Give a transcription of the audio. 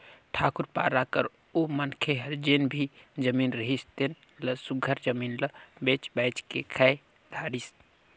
ठाकुर पारा कर ओ मनखे हर जेन भी जमीन रिहिस तेन ल सुग्घर जमीन ल बेंच बाएंच के खाए धारिस